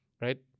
Right